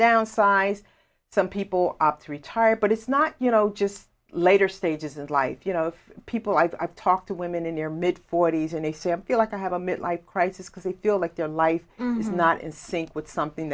downsized some people opt to retire but it's not you know just later stages of life you know people i've talked to women in their mid forty's and they say i feel like i have a midlife crisis because they feel like their life is not in sync with something